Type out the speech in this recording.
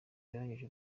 yarangije